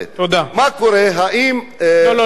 מה קורה, האם, לא, לא.